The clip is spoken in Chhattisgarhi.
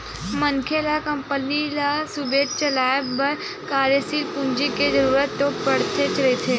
मनखे ल कंपनी ल सुबेवत चलाय बर कार्यसील पूंजी के जरुरत तो पड़तेच रहिथे